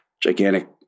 gigantic